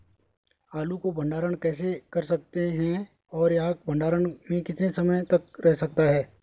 आलू को भंडारण कैसे कर सकते हैं और यह भंडारण में कितने समय तक रह सकता है?